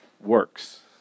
works